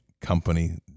company